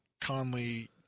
Conley